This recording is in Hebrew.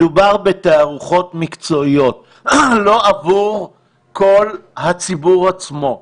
מדובר בתערוכות מקצועיות, לא עבור כל הציבור עצמו.